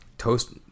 Toast